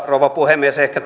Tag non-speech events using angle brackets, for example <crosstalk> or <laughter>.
rouva puhemies ehkä <unintelligible>